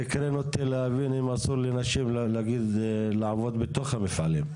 אז סקרן אותי להבין אם אסור לנשים נגיד לעבוד בתוך המפעלים?